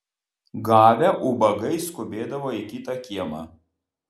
gavę ubagai skubėdavo į kitą kiemą